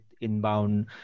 inbound